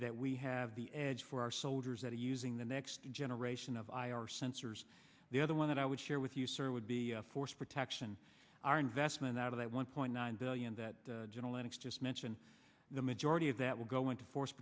that we have the edge for our soldiers that are using the next generation of i r sensors the other one that i would share with you sir would be a force protection our investment out of that one point nine billion that general lennox just mentioned the majority of that will go into force